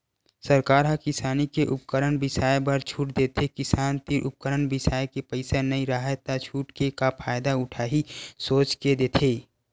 सरकार ह किसानी के उपकरन बिसाए बर छूट देथे किसान तीर उपकरन बिसाए के पइसा नइ राहय त छूट के का फायदा उठाही सोच के देथे